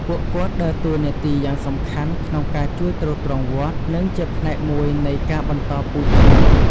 ពួកគាត់ដើរតួនាទីយ៉ាងសំខាន់ក្នុងការជួយទ្រទ្រង់វត្ត និងជាផ្នែកមួយនៃការបន្តពូជធម៌។